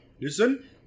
listen